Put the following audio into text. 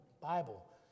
Bible